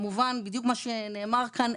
בדיוק כמו שנאמר כאן,